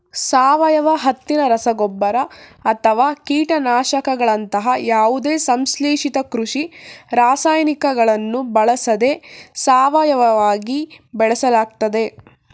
ಸಾವಯವ ಹತ್ತಿನ ರಸಗೊಬ್ಬರ ಅಥವಾ ಕೀಟನಾಶಕಗಳಂತಹ ಯಾವುದೇ ಸಂಶ್ಲೇಷಿತ ಕೃಷಿ ರಾಸಾಯನಿಕಗಳನ್ನು ಬಳಸದೆ ಸಾವಯವವಾಗಿ ಬೆಳೆಸಲಾಗ್ತದೆ